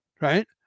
right